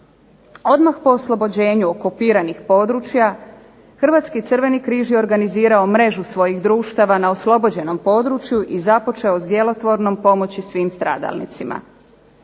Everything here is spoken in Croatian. Odmah po oslobođenju okupiranih područja Hrvatski crveni križ je organizirao mrežu svojih društava na oslobođenom području i započeo s djelotvornom pomoći svim stradalnicima.